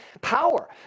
Power